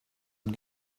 und